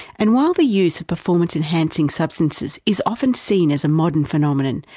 and while the use of performance enhancing substances is often seen as a modern phenomenon,